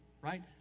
right